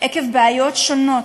עקב בעיות שונות,